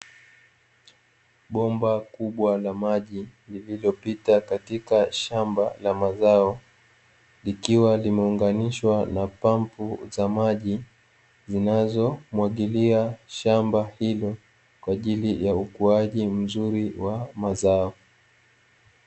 Bomba kubwa la maji lililopita katika shamba la mazao ikiwa limeunganishwa na pampu za maji zinazomwagilia shamba hilo kwajili ya ukuaji mzuri wa mazao.